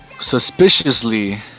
Suspiciously